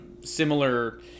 similar